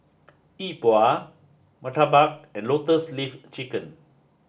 Yi Bua Murtabak and Lotus Leaf Chicken